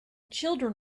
children